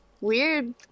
weird